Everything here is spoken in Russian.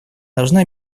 должна